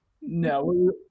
no